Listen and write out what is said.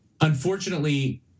Unfortunately